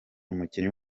umukinnyi